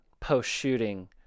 post-shooting